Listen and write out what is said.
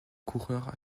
coureurs